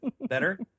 Better